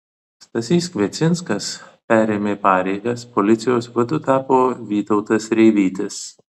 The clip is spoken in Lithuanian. stasys kviecinskas perėmė pareigas policijos vadu tapo vytautas reivytis